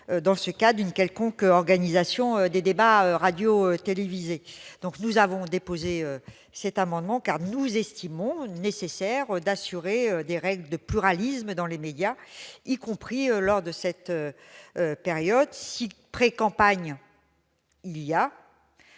soit prévue une quelconque organisation des débats radiotélévisés. Nous avons déposé cet amendement, car nous estimons nécessaire d'assurer des règles de pluralisme dans les médias, y compris lors de cette période. Si précampagne